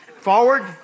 Forward